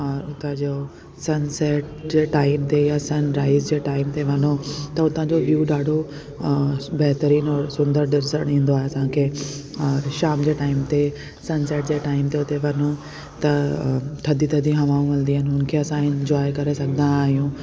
उतां जो सनसेट जे टाइम ते या सनराइज़ जे टाइम ते वञो त उतां जो व्यू ॾाढो बहितरीनु ऐं सुंदर ॾिसण इंदो आहे असांखे और शाम जे टाइम ते सनसेट जे टाइम ते उते वञो त थदी थदी हवाऊं हलंदी आहिनि हुननि खे असां इंजॉय करे सघंदा आहियूं